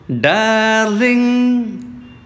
Darling